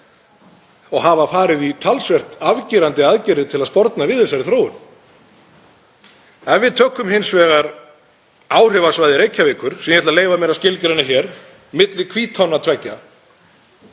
og hafa farið í talsvert afgerandi aðgerðir til að sporna við þeirri þróun. Ef við tökum hins vegar áhrifasvæði Reykjavíkur, sem ég ætla að leyfa mér að skilgreina hér milli Hvítánna tveggja,